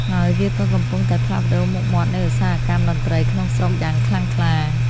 ហើយវាក៏កំពុងតែផ្លាស់ប្តូរមុខមាត់នៃឧស្សាហកម្មតន្ត្រីក្នុងស្រុកយ៉ាងខ្លាំងក្លា។